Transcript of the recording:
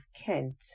Kent